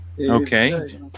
Okay